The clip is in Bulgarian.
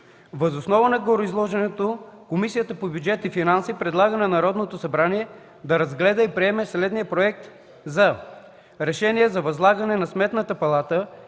Въз основа на гореизложеното Комисията по бюджет и финанси предлага на Народното събрание да разгледа и приеме следния проект за „РЕШЕНИЕ за възлагане на Сметната палата